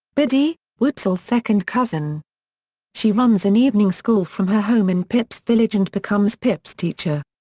biddy, wopsle's second cousin she runs an evening school from her home in pip's village and becomes pip's teacher.